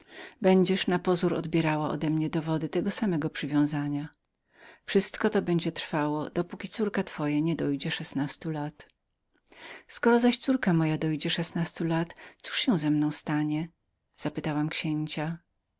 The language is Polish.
będziesz na pozór odbierała odemnie dowody tego samego przywiązania ale wszystko to będzie tylko trwało dopóki córka twoja nie dojdzie szesnastu lat skoro zaś moja córka dojdzie szesnastu lat cóż się ze mną stanie zapytałam księcia